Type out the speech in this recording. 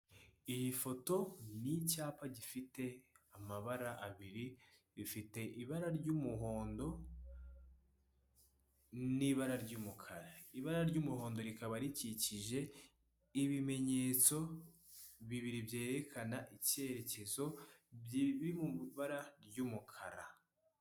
Iyi foto ni icyapa gifite amabara abiri ifite ibara ry'umuhondo, n'ibara ry'umukara ibara ry'umuhondo rikaba rikikije ibimenyetso bibiri byerekana icyerekezo kiri mu ibara ry'umukara.